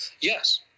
yes